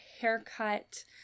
haircut